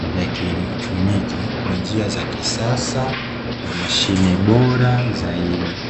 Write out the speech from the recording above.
vya kielektroniki kwanjia za kisasa na mashine bora zaidi.